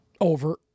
Over